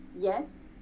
yes